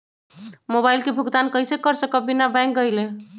Mobile के भुगतान कईसे कर सकब बिना बैंक गईले?